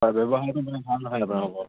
হয় ব্যৱহাৰটো মানে ভাল নহয় আপোনালোকৰ